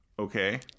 Okay